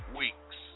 weeks